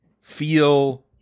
feel